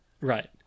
Right